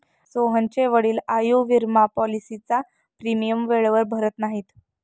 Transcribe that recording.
सोहनचे वडील आयुर्विमा पॉलिसीचा प्रीमियम वेळेवर भरत नाहीत